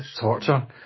torture